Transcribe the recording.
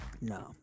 No